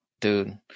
Dude